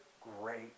great